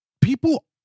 People